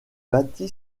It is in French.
bâti